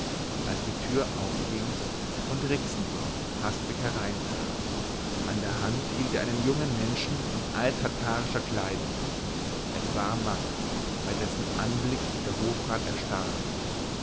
als die tür aufging und rixendorf hastig hereintrat an der hand hielt er einen jungen menschen in alttatarischer kleidung es war max bei dessen anblick der hofrat erstarrte